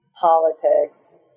politics